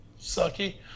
sucky